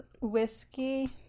whiskey